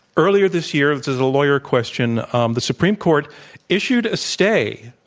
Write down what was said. earlier this year this is a lawyer question um the supreme court issued a stay,